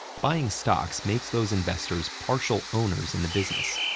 buying stocks makes those investors partial owners in the business.